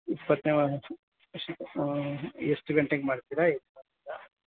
ಇಪ್ಪತ್ತನೇ ವ ವಾರ್ಷಿಕ ಎಷ್ಟು ಗಂಟೆಗೆ ಮಾಡ್ತೀರಾ ಎಲ್ಲಿ ಮಾಡ್ತೀರಾ